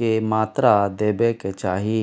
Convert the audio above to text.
के मात्रा देबै के चाही?